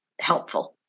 helpful